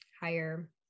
higher